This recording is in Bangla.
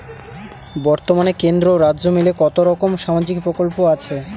বতর্মানে কেন্দ্র ও রাজ্য মিলিয়ে কতরকম সামাজিক প্রকল্প আছে?